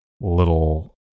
little